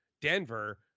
Denver